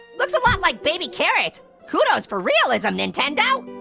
looks a lot like baby carrot. kudos for realism, nintendo!